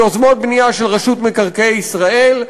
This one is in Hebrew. ליוזמות בנייה של רשות מקרקעי ישראל,